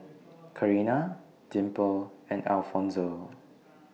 Carina Dimple and Alfonzo